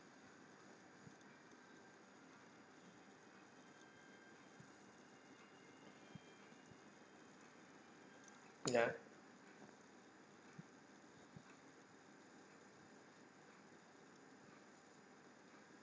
ya